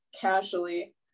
casually